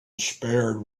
spared